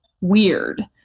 weird